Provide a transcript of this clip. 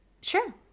sure